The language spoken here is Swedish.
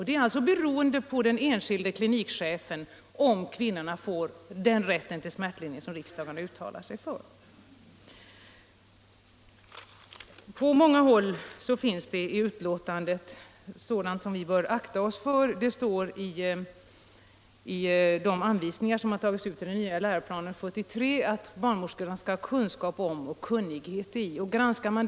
Det är beroende av den enskilde klinikchefen om kvinnorna får den rätt till smärtlindring som riksdagen har uttalat sig för. På många punkter i betänkandet finns sådant som vi bör akta oss för. Det står i den nya läroplanen från år 1973 att barnmorskorna skall ha kunskap om och kunnighet i smärtlindringsmetoder.